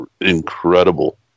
incredible